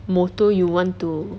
motor you want to